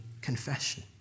Confession